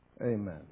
Amen